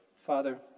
Father